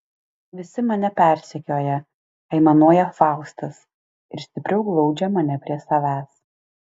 visi mane persekioja aimanuoja faustas ir stipriau glaudžia mane prie savęs